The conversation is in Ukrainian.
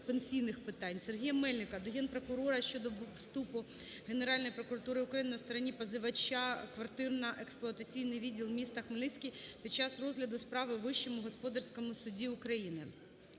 пенсійних питань. Сергія Мельника до Генпрокурора щодо вступу Генеральної прокуратури України на стороні Позивача (Квартирно-експлуатаційний відділ міста Хмельницький) під час розгляду справи у Вищому господарському суді України.